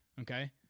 Okay